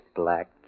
black